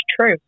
true